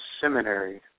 Seminary